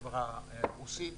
חברה רוסית